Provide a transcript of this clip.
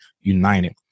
united